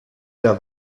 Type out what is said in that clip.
der